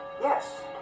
yes